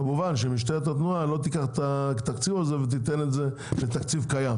כמובן שמשטרת התנועה לא תיקח את התקציב הזה ותיתן את זה כתקציב קיים.